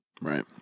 Right